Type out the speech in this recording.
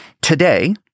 Today